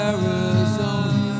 Arizona